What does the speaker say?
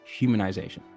humanization